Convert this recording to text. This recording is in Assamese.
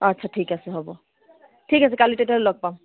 অ আচ্ছা ঠিক আছে হ'ব ঠিক আছে কালি তেতিয়াহ'লে লগ পাম